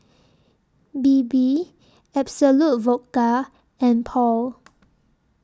Bebe Absolut Vodka and Paul